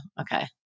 okay